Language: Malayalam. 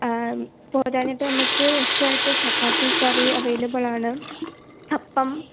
പോരാഞ്ഞിട്ട് നമുക്ക് എക്സ്ട്രാ ആയിട്ട് ചപ്പാത്തി കറി അവൈലബിൾ ആണ് അപ്പം